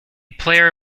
player